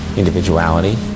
individuality